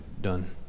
done